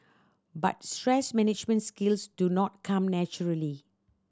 but stress management skills do not come naturally